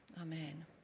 Amen